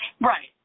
Right